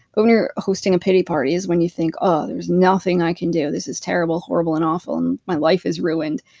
when you're hosting a pity party is when you think oh, there's nothing i can do. this is terrible, horrible, and awful and my life is ruined.